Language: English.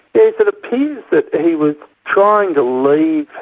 it but appears that he was trying to leave